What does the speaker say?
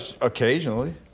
Occasionally